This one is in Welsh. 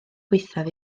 gwaethaf